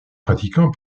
pratiquants